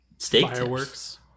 Fireworks